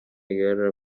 guerra